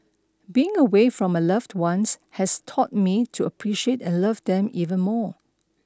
being away from my loved ones has taught me to appreciate and love them even more